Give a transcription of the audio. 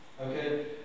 Okay